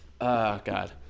God